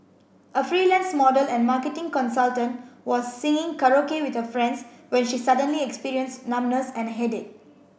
a freelance model and marketing consultant was singing karaoke with her friends when she suddenly experienced numbness and a headache